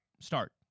start